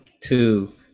two